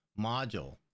module